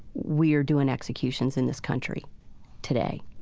we are doing executions in this country today.